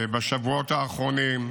בשבועות האחרונים,